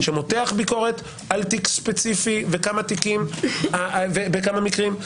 שמותח ביקורת על תיק ספציפי בכמה מקרים.